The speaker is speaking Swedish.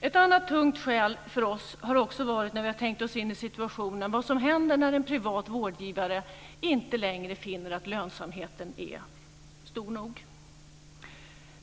Ett annat tungt skäl för oss har också varit, när vi har tänkt oss in i situationen, vad som händer när en privat vårdgivare inte längre finner att lönsamheten är stor nog.